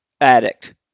addict